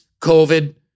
COVID